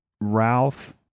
Ralph